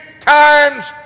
times